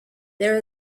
there